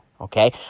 Okay